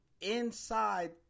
inside